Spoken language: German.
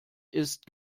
ist